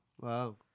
Wow